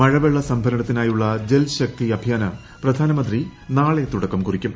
മഴവെള്ള സംഭരണത്തിനായുള്ള ജൂൽശക്തി അഭിയാന് പ്രധാനമന്ത്രി നാളെ തുടക്കം കൂറിക്കും